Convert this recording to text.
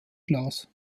glas